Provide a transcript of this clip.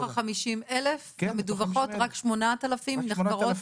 מתוך ה-50,000 המדווחות, רק 8,000 נחקרות?